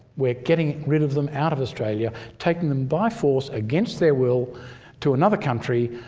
we're getting rid of them out of australia, taking them by force against their will to another country.